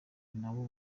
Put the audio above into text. nabwo